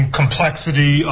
complexity